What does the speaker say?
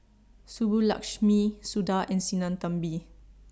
Subbulakshmi Suda and Sinnathamby